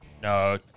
No